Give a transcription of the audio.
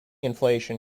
inflation